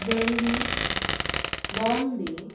Delhi Bombay